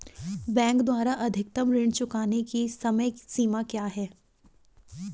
Bank द्वारा अधिकतम ऋण चुकाने की समय सीमा क्या है?